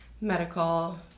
medical